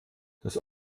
das